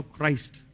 Christ